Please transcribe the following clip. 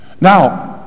Now